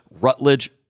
rutledge